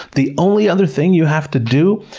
the only other thing you have to do,